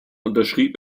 unterschrieb